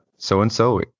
So-and-so